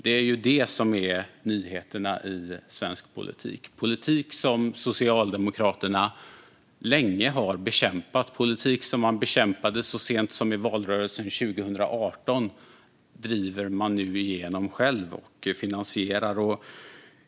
Det är det som är nyheterna i svensk politik. Politik som Socialdemokraterna länge har bekämpat, som man bekämpade så sent som i valrörelsen 2018, driver man nu själv igenom och finansierar.